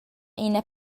ina